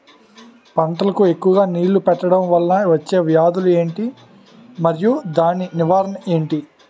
పంటలకు ఎక్కువుగా నీళ్లను పెట్టడం వలన వచ్చే వ్యాధులు ఏంటి? మరియు దాని నివారణ ఏంటి?